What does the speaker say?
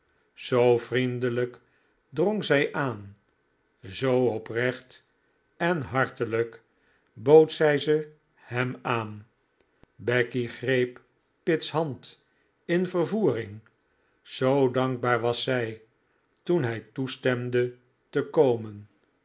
zoo vriendelijk drong zij aan zoo oprecht en hartelijk bood zij ze hem aan becky greep pitt's hand in vervoering zoo dankbaar was zij toen hij toestemde te komen